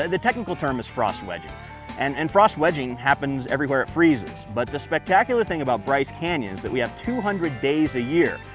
and the technical term is frost wedging and and frost wedging happens everywhere it freezes but the spectacular thing about bryce canyon is that we have two hundred days a year,